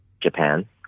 Japan